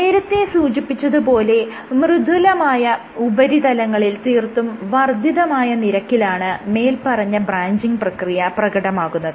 നേരത്തെ സൂചിപ്പിച്ചത് പോലെ മൃദുലമായ ഉപരിതലങ്ങളിൽ തീർത്തും വർദ്ധിതമായ നിരക്കിലാണ് മേല്പറഞ്ഞ ബ്രാഞ്ചിങ് പ്രക്രിയ പ്രകടമാകുന്നത്